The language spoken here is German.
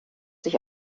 sich